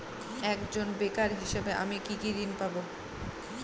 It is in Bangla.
একজন বেকার হিসেবে আমি কি কি ঋণ পাব?